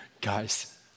Guys